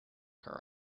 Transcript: her